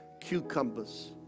cucumbers